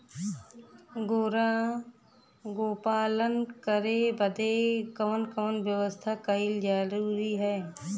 गोपालन करे बदे कवन कवन व्यवस्था कइल जरूरी ह?